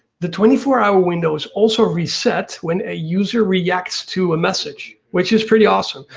the twenty four hour window is also reset when a user reacts to a message, which is pretty awesome.